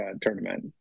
tournament